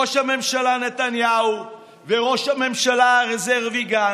ראש הממשלה נתניהו וראש הממשלה הרזרבי גנץ,